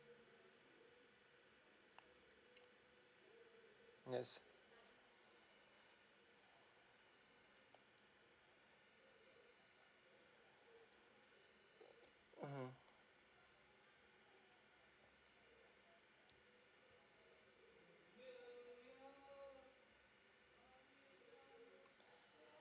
yes mmhmm